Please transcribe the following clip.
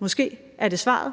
Måske er det svaret;